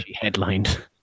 Headlined